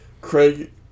Craig